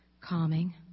calming